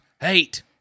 hate